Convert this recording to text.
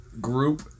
group